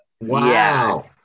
Wow